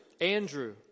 Andrew